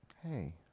Hey